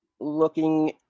looking